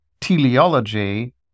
teleology